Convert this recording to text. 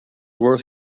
worth